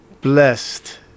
Blessed